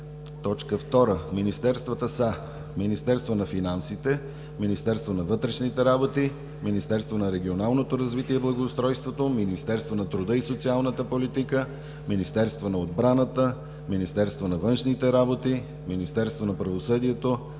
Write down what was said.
2. Министерствата са: Министерство на финансите, Министерство на вътрешните работи, Министерство на регионалното развитие и благоустройството, Министерство на труда и социалната политика, Министерство на отбраната, Министерство на външните работи, Министерство на правосъдието,